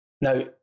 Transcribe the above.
Now